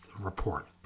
report